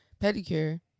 pedicure